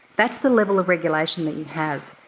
that's the level of regulation that you have.